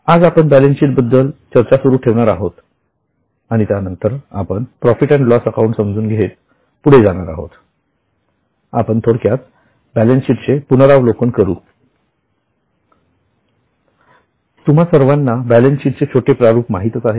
आज आपण बॅलन्सशीट बद्दल चर्चा सुरू ठेवणार आहोत आणि त्यानंतर आपण प्रॉफिट अँड लॉस अकाउंट समजून घेत पुढे जाणार आहोत आपण थोडक्यात बॅलेन्सशीटचे पुनरावलोकन करू तुम्हा सर्वांना बॅलन्सशीटचे छोटे प्रारूप माहीतच आहे